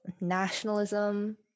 nationalism